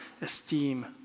esteem